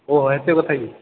ଓ ଏତେ କଥାକି